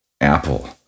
Apple